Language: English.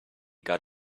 got